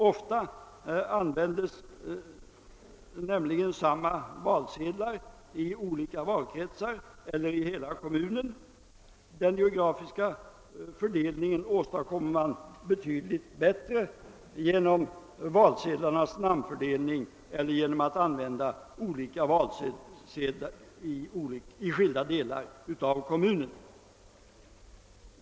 Ofta användes nämligen samma valsedlar i olika valkretsar eller i hela kommunen. Den geografiska fördelningen åstadkommer man betydligt bättre genom valsedlarnas namnfördelning eller genom att använda olika valsedlar i skilda delar av kommunen.